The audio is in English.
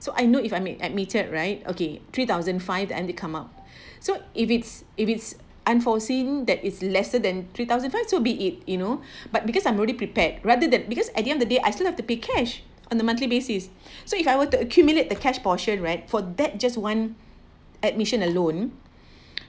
so I know if I ad~ admitted right okay three thousand five and they come up so if it's if it's unforeseen that is lesser than three thousand five so be it you know but because I'm really prepared rather than because at the end the day I still have to pay cash on the monthly basis so if I were to accumulate the cash portion right for that just one admission alone